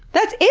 that's it?